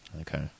okay